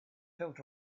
felt